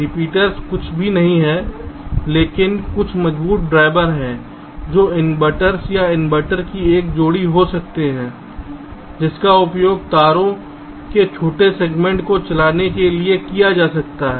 repeaters कुछ भी नहीं हैं लेकिन कुछ मजबूत ड्राइवर हैं जो इनवर्टर या इनवर्टर की एक जोड़ी हो सकते हैं जिसका उपयोग तारों के छोटे सेगमेंट को चलाने के लिए किया जा सकता है